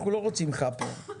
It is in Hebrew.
אנחנו לא רוצים חאפרים.